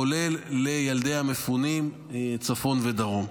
כולל לילדי המפונים מהצפון ומהדרום.